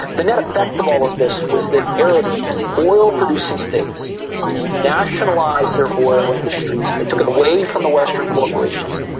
but net effect of all of this was that arab oil producing states nationalised their oil industries, they took it away from the western corporations,